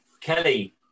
Kelly